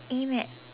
aim at